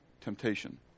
temptation